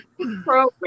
program